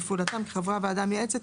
בפעולתם כחברי הוועדה המייעצת,